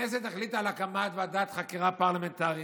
הכנסת תחליט על הקמת ועדת חקירה פרלמנטרית